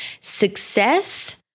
Success